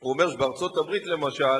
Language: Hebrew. הוא אומר שבארצות-הברית, למשל,